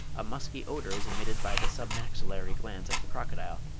a musky odour is emitted by the submaxillary glands of the crocodile,